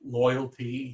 loyalty